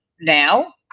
now